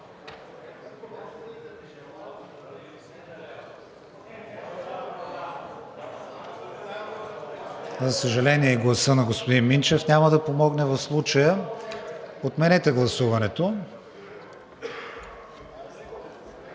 За съжаление, гласът на господин Минчев няма да помогне в случая. Отменете гласуването.